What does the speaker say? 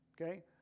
Okay